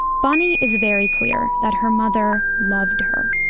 bonnie is very clear that her mother loved her,